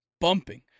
bumping